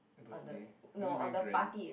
birthday was it very grand